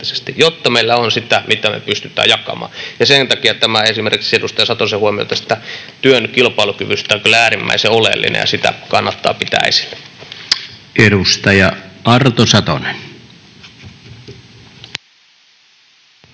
jotta meillä on sitä, mitä me pystymme jakamaan. Ja sen takia esimerkiksi edustaja Satosen huomio tästä työn kilpailukyvystä on kyllä äärimmäisen oleellinen ja sitä kannattaa pitää esillä. [Speech 86] Speaker: